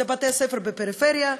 זה בתי-ספר בפריפריה,